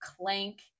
Clank